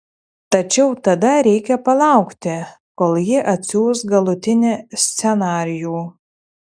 tačiau tada reikia palaukti kol ji atsiųs galutinį scenarijų